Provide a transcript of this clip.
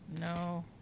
No